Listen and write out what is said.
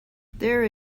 there